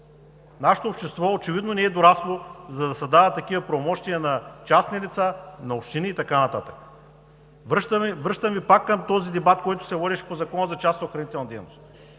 Нашето общество очевидно не е дорасло, за да създава такива правомощия на частни лица, на общини и така нататък. Връщам Ви пак към този дебат, който се води за частната охранителна дейност.